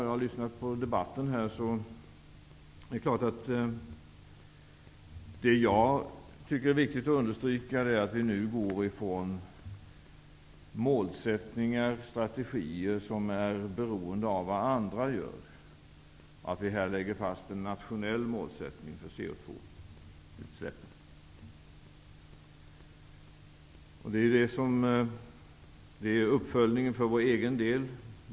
Jag tycker att det är viktigt att understryka att vi nu går ifrån målsättningar och strategier som är beroende av vad andra gör och att vi här lägger fast en nationell målsättning för koldioxidutsläpp. Det gäller uppföljning för vår egen del.